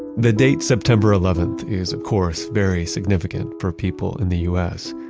the date september eleventh is of course very significant for people in the u s,